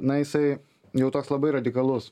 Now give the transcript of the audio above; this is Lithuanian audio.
na jisai jau toks labai radikalus